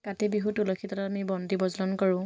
কাতি বিহুত তুলসী তলত আমি বন্তি প্ৰজ্বলন কৰোঁ